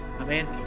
Amen